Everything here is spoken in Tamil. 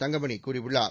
தங்கமணி கூறியுள்ளார்